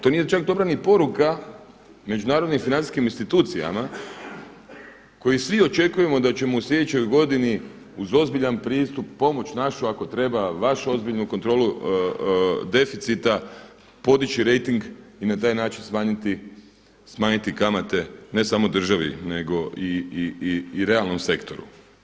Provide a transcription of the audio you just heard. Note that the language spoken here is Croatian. To nije čak ni dobra poruka međunarodnim financijskim institucijama koji svi očekujemo da ćemo u sljedećoj godini uz ozbiljan pristup pomoć našu ako treba, vašu ozbiljnu kontrolu deficita podići rejting i na taj način smanjiti kamate ne samo državi, nego i realnom sektoru.